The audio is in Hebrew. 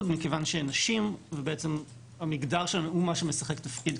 מכיוון שהן נשים ובעצם המגדר שלהן הוא מה שמשחק תפקיד.